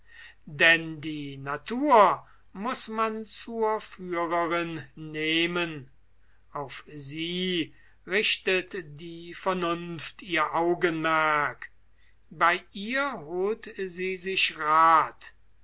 denn die natur muß man zur führerin nehmen auf sie richtet die vernunft ihr augenmerk bei ihr holt sie sich rath